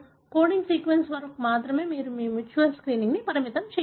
coding sequence వరకు మాత్రమే మీరు మీ మ్యూచువల్ స్క్రీనింగ్ని పరిమితం చేయరు